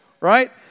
right